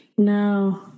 no